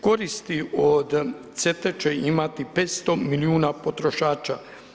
Koristi od CETA-e će imati 500 milijuna potrošača.